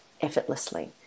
effortlessly